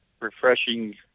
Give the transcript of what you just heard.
refreshing